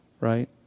Right